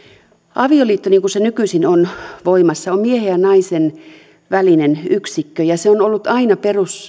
avioliitto niin kuin se nykyisin on voimassa on miehen ja naisen välinen yksikkö ja se on ollut aina